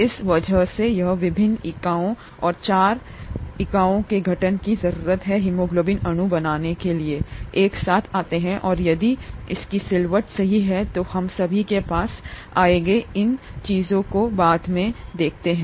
और इस वजह से यह विभिन्न इकाइयों और चार इकाइयों के गठन की जरूरत है हीमोग्लोबिन अणु बनाने के लिए एक साथ आते हैं और यदि इसकी सिलवट सही है तो हम सभी के पास आएंगे इन चीजों को बाद में तह और इतने पर